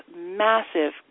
massive